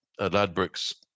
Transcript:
Ladbrokes